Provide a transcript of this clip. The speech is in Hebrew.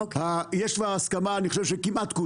יש כבר הסכמה של כולם כמעט.